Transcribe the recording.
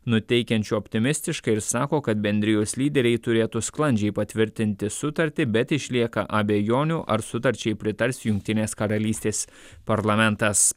nuteikiančiu optimistiškai ir sako kad bendrijos lyderiai turėtų sklandžiai patvirtinti sutartį bet išlieka abejonių ar sutarčiai pritars jungtinės karalystės parlamentas